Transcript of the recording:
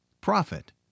Profit